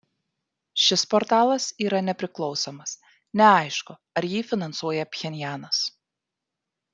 šis portalas yra nepriklausomas neaišku ar jį finansuoja pchenjanas